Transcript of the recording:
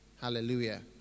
Hallelujah